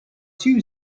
two